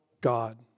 God